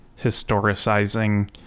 historicizing